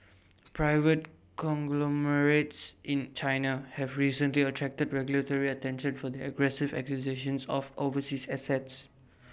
private conglomerates in China have recently attracted regulatory attention for their aggressive acquisitions of overseas assets